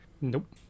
nope